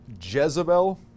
jezebel